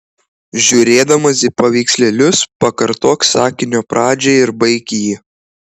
žiūrėdamas į paveikslėlius pakartok sakinio pradžią ir baik jį